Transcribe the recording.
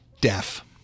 deaf